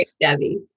Debbie